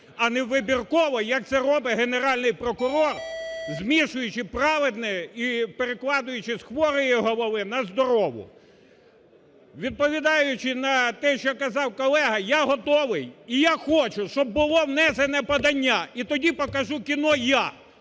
а не вибірково, як це робить Генеральний прокурор, змішуючи праведне і перекладаючи з хворої голови на здорову. Відповідаючи на те, що казав колега, я готовий, і я хочу, щоб було внесено подання, і тоді покажу кіно я,